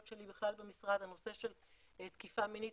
שלי בכלל במשרד הנושא של תקיפה מינית,